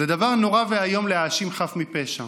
זה דבר נורא ואיום להאשים חף מפשע,